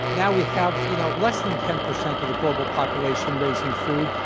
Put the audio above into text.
now we have you know less than ten percent of the global population raising food.